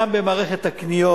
גם במערכת הקניות.